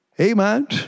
Amen